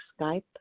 Skype